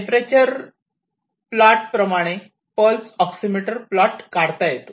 temperature plot प्रमाणे pulse oximeter plot काढता येतो